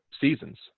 seasons